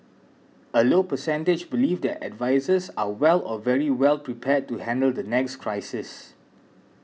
a low percentage believe their advisers are well or very well prepared to handle the next crisis